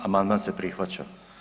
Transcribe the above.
Amandman se prihvaća.